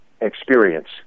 experience